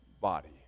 body